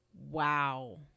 wow